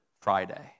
Friday